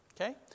Okay